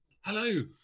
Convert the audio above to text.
Hello